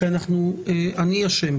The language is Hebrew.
אני אשם,